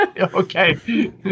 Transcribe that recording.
Okay